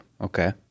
okay